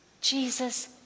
Jesus